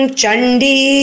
Chandi